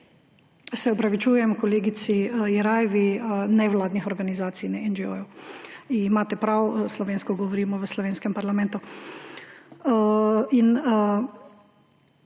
Se opravičujem kolegici Jerajevi. Nevladnih organizacij, ne NGO. Imate prav, slovensko govorimo v slovenskem parlamentu.